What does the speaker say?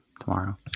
tomorrow